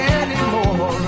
anymore